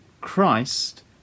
Christ